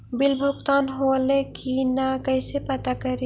Bill भुगतान होले की न कैसे पता करी?